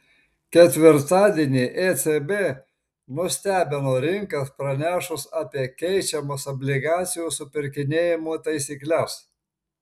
ketvirtadienį ecb nustebino rinkas pranešus apie keičiamas obligacijų supirkinėjimo taisykles